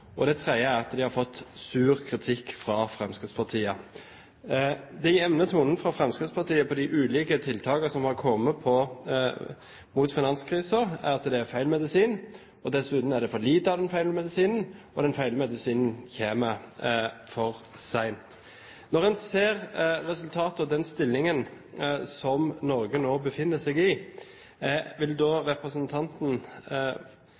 og det tredje er at de har fått sur kritikk fra Fremskrittspartiet. Den jevne tonen fra Fremskrittspartiet på de ulike tiltakene som har kommet mot finanskrisen, har vært at det er feil medisin, dessuten er det for lite av den feil medisinen, og den feil medisinen kommer for sent. Når en ser resultatet og den stillingen som Norge nå befinner seg i, vil